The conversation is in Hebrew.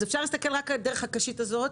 אז אפשר להסתכל רק דרך הקשית הזאת,